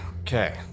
okay